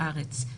בארץ.